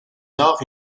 nord